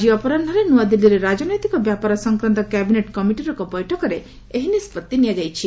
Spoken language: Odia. ଆଜି ଅପରାହ୍ନରେ ନୂଆଦିଲ୍ଲୀରେ ରାଜନୈତିକ ବ୍ୟାପର ସଂକ୍ରାନ୍ତ କ୍ୟାବିନେଟ କମିଟିର ଏକ ବୈଠକରେ ଏହି ନିଷ୍କଭି ନିଆଯାଇଛି